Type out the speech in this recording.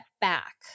back